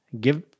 give